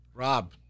Rob